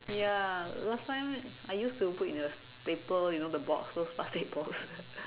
ya last time I used to put in a paper you know the box those plastic box